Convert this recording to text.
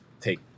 take